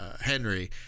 henry